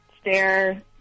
stare